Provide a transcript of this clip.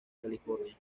california